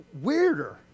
weirder